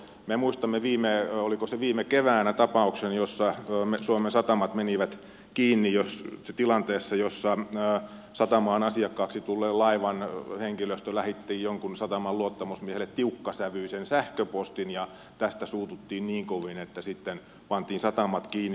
me muistamme oliko se viime keväänä tapauksen jossa suomen satamat menivät kiinni tilanteessa jossa satamaan asiakkaaksi tulleen laivan henkilöstö lähetti jonkun sataman luottamusmiehelle tiukkasävyisen sähköpostin ja tästä suututtiin niin kovin että sitten pantiin satamat kiinni